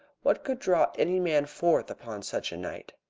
what could draw any man forth upon such a night?